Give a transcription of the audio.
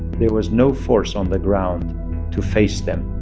there was no force on the ground to face them,